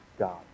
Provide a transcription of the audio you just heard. God